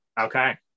Okay